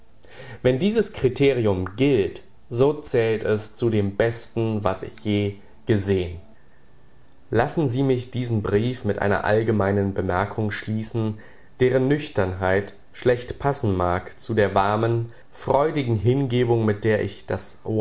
wenn dies kriterium gilt so zählt es zu dem besten was ich je gesehen lassen sie mich diesen brief mit einer allgemeinen bemerkung schließen deren nüchternheit schlecht passen mag zu der warmen freudigen hingebung mit der ich das